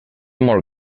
molt